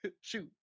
shoot